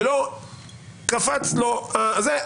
ולא קפץ לו הזה,